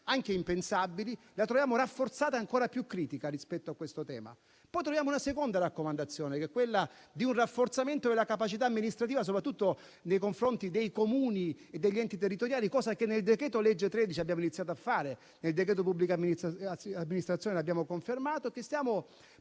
anche impensabili, la troviamo rafforzata e ancora più critica rispetto a questo tema. Poi troviamo una seconda raccomandazione, che è quella del rafforzamento della capacità amministrativa, soprattutto nei confronti dei Comuni e degli enti territoriali, cosa che nel decreto-legge n. 13 abbiamo iniziato a fare e nel decreto-legge sulla pubblica amministrazione abbiamo confermato e stiamo